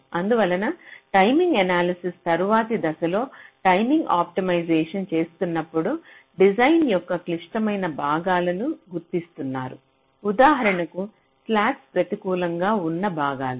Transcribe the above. అందువలన timing analysis తరువాతి దశలో టైమింగ్ ఆప్టిమైజేషన్ చేస్తున్నప్పుడు డిజైన్ యొక్క క్లిష్టమైన భాగాలను గుర్తిస్తున్నారు ఉదాహరణకు స్లాక్స్ ప్రతికూలంగా ఉన్న భాగాలు